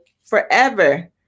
forever